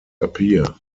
appear